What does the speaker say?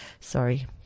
Sorry